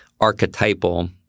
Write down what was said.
archetypal